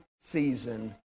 season